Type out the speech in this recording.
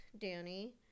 Danny